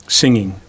singing